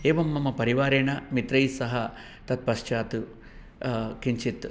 एवं मम परिवारेण मित्रैस्सह तत्पश्चात् किञ्चित्